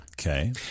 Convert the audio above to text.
Okay